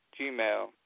Gmail